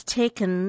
taken